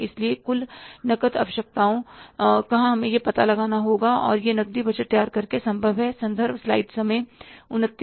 इसलिए कुल नकद आवश्यकताओं कहां हमें पता लगाना होगा और यह नकदी बजट तैयार करके संभव है